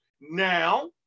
now